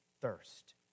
thirst